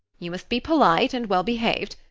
you must be polite and well behaved,